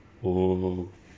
!whoa!